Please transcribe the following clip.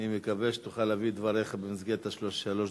אני מקווה שתוכל להביא את דבריך במסגרת שלוש הדקות.